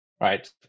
right